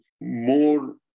more